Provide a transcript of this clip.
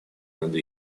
над